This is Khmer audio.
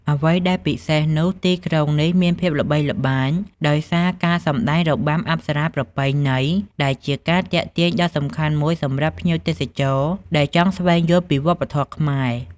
អ្វីដែលពិសេសនោះទីក្រុងនេះមានភាពល្បីល្បាញដោយសារការសម្តែងរបាំអប្សរាប្រពៃណី ដែលជាការទាក់ទាញដ៏សំខាន់មួយសម្រាប់ភ្ញៀវទេសចរដែលចង់ស្វែងយល់ពីវប្បធម៌ខ្មែរ ។